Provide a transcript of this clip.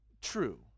True